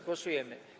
Głosujemy.